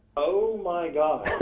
oh my god.